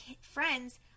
friends